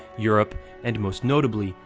europe and most notably,